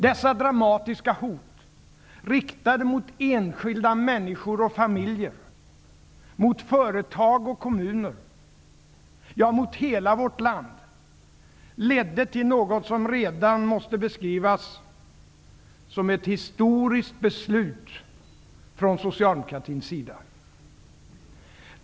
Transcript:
Dessa dramatiska hot, riktade mot enskilda människor och familjer, mot företag och kommuner, ja, mot hela vårt land, ledde till något som redan måste beskrivas som ett historiskt beslut från socialdemokraternas sida.